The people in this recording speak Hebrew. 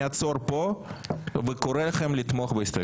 אעצור פה ואני קורא לכם לתמוך בהסתייגות.